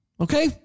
okay